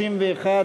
31,